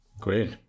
great